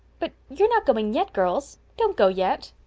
but you're not going yet, girls? don't go yet.